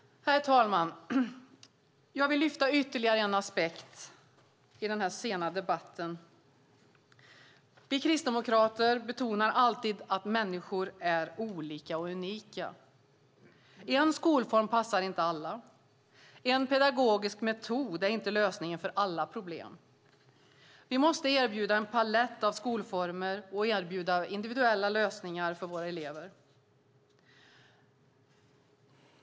Herr talman! Jag vill lyfta fram ytterligare en aspekt i denna sena debatt. Vi kristdemokrater betonar alltid att människor är olika och unika. En skolform passar inte alla. En pedagogisk metod är inte lösningen på alla problem. Vi måste erbjuda en palett av skolformer och erbjuda individuella lösningar för våra elever.